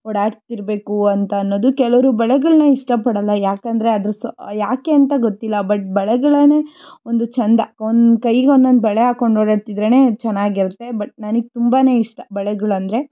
ಓಡಾಡ್ತಿರಬೇಕು ಅಂತ ಅನ್ನೋದು ಕೆಲವರು ಬಳೆಗಳನ್ನ ಇಷ್ಟಪಡೊಲ್ಲ ಯಾಕೆಂದ್ರೆ ಅದ್ರ ಸ ಯಾಕೆ ಅಂತ ಗೊತ್ತಿಲ್ಲ ಬಟ್ ಬಳೆಗಳೇ ಒಂದು ಚೆಂದ ಒಂದು ಕೈಗೆ ಒಂದೊಂದ್ ಬಳೆ ಹಾಕೊಂಡ್ ಓಡಾಡ್ತಿದ್ರೆ ಚೆನ್ನಾಗಿರುತ್ತೆ ಬಟ್ ನನಗ್ ತುಂಬಾ ಇಷ್ಟ ಬಳೆಗಳೆಂದ್ರೆ